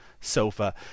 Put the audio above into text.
Sofa